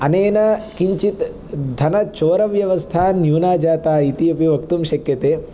अनेन किञ्चित् धनचोरव्यवस्था न्यूना जाता इति अपि वक्तुं शक्यते